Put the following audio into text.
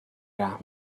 رحم